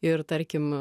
ir tarkim